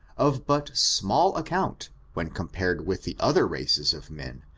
of but small account when compared with the other races of men,